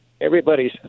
everybody's